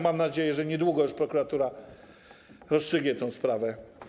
Mam nadzieję, że niedługo już prokuratura rozstrzygnie tę sprawę.